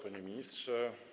Panie Ministrze!